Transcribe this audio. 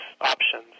options